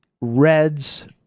Red's